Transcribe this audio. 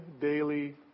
daily